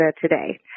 today